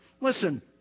Listen